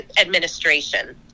administration